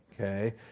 okay